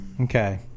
Okay